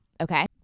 Okay